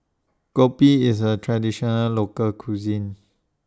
Kopi IS A Traditional Local Cuisine